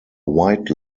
white